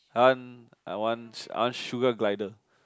I want I want I want sugar glider